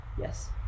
yes